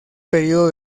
periodo